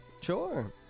Sure